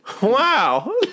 Wow